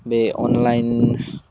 बे अनलाइन